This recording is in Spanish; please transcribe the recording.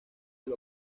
del